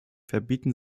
verbieten